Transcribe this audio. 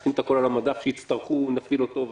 להכין את הכול על המדף וכשנצטרך נפעיל אותו.